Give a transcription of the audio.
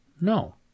No